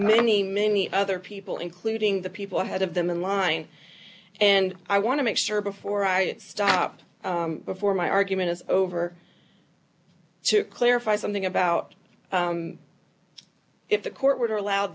many many other people including the people i had of them in line and i want to make sure before i get stopped before my argument is over to clarify something about if the court would allow